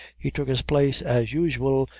he took his place, as usual,